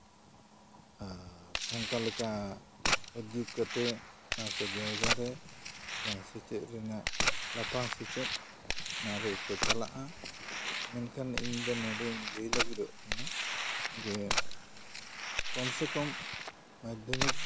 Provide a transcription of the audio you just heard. ᱟᱨ ᱚᱱᱠᱟ ᱞᱮᱠᱟ ᱩᱫᱽᱡᱩᱜᱽ ᱠᱟᱛᱮ ᱚᱱᱟ ᱠᱚ ᱡᱟ ᱭᱜᱟ ᱨᱮ ᱡᱟᱦᱟᱸ ᱥᱮᱪᱮᱫ ᱨᱮᱱᱟᱜ ᱞᱟᱯᱷᱟᱝ ᱥᱮᱪᱮᱫ ᱚᱱᱟ ᱨᱮᱠᱚ ᱪᱟᱞᱟᱜᱼᱟ ᱢᱮᱱᱠᱷᱟᱱ ᱤᱧ ᱫᱚ ᱱᱚᱰᱮᱧ ᱞᱟᱹᱭ ᱞᱟᱹᱜᱤᱫᱚᱜ ᱠᱟᱱᱟ ᱡᱮ ᱠᱚᱢ ᱥᱮ ᱠᱚᱢ ᱢᱟᱫᱽᱫᱷᱚᱢᱤᱠ